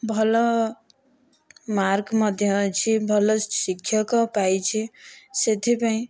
ଭଲ ମାର୍କ ମଧ୍ୟ ଅଛି ଭଲ ଶିକ୍ଷକ ପାଇଛି ସେଥିପାଇଁ